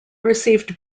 received